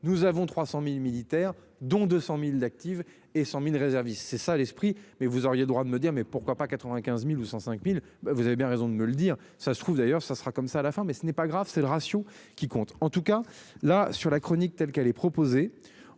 nous avons 300.000 militaires, dont 200.000 d'active et 100.000 réservistes, c'est ça l'esprit. Mais vous auriez droit de me dire mais pourquoi pas 95.000 ou 105.000. Vous avez bien raison de me le dire, ça se trouve, d'ailleurs ça sera comme ça à la fin mais ce n'est pas grave, c'est le ratio qui compte en tout cas là sur la chronique telle qu'elle est proposée